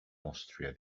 austria